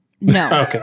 No